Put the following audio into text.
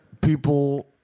people